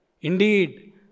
Indeed